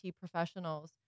professionals